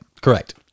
Correct